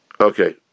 Okay